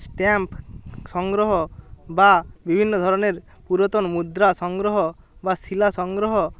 stamp সংগ্রহ বা বিভিন্ন ধরনের পুরতন মুদ্রা সংগ্রহ বা শিলা সংগ্রহ